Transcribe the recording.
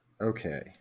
Okay